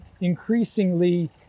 increasingly